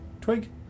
Twig